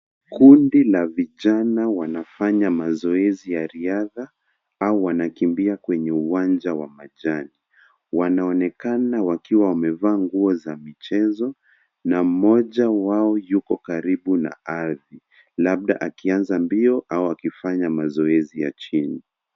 Kundi la vijana wanafanya mazoezi ya riadha au wanakimbia kwenye uwanja wa majani. Wanaonekana wakiwa wamevaa nguo za mchezo na mmoja wao yuko karibu na ardhi, labda akianza mbio au akifanya mazoezi ya chini.